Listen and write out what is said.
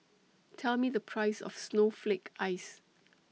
Tell Me The Price of Snowflake Ice